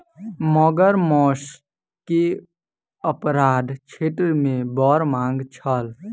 मगर मौस के अपराध क्षेत्र मे बड़ मांग छल